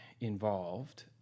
involved